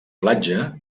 platja